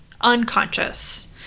unconscious